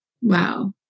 Wow